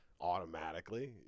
automatically